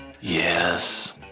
Yes